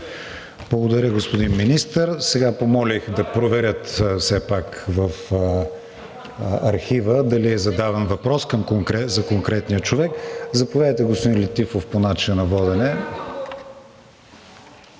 Благодаря, господин Министър. Сега помолих да проверят все пак в архива дали е задаван въпрос за конкретния човек. Заповядайте, господин Летифов, по начина на водене.